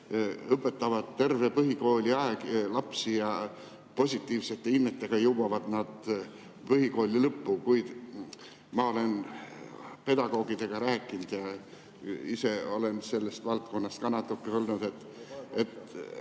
õpetavad terve põhikooliaja lapsi, nii et nad positiivsete hinnetega jõuavad põhikooli lõppu, kuid ma olen pedagoogidega rääkinud, ise olen selles valdkonnas ka natuke olnud.